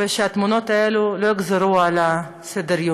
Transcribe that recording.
ושהתמונות האלה לא יחזרו לסדר-יומנו.